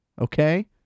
Okay